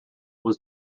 was